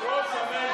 ראש הממשלה יותר, ממך.